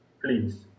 please